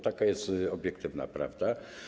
Taka jest obiektywna prawda.